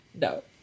No